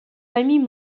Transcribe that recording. famille